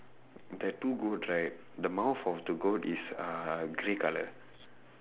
that two goats right the mouth of the goat is uh grey colour